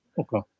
Okay